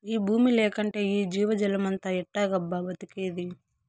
ఈ బూమి లేకంటే ఈ జీవజాలమంతా ఎట్టాగబ్బా బతికేది